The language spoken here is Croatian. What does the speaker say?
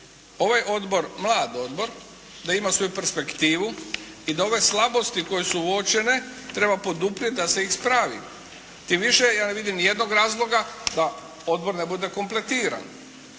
ovaj odbor mlad odbor, da ima svoju perspektivu i da ove slabosti koje su uočene treba poduprijeti da se ispravi, tim više ja ne vidim ni jednog razloga da odbor ne bude kompletiran.